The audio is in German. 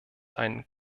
ein